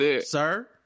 Sir